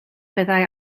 fyddai